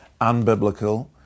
unbiblical